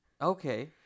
Okay